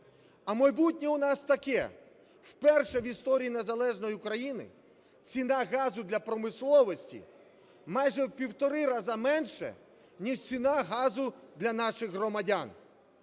А майбутнє у нас таке: вперше в історії незалежної України ціна газу для промисловості майже в 1,5 рази менша, ніж ціна газу для наших громадян.